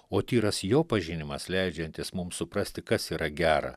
o tyras jo pažinimas leidžiantis mum suprasti kas yra gera